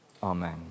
Amen